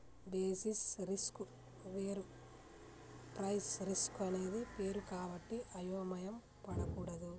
basis risk వేరు price risk అనేది వేరు కాబట్టి అయోమయం పడకూడదు